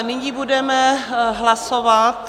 Nyní budeme hlasovat...